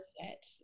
set